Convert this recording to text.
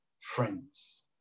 friends